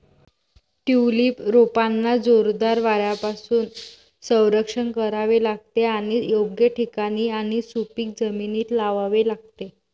tulip रोपांना जोरदार वाऱ्यापासून संरक्षण करावे लागते आणि योग्य ठिकाणी आणि सुपीक जमिनीत लावावे लागते